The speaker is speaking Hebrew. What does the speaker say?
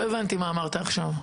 לא הבנתי מה אמרת עכשיו.